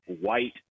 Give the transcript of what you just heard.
white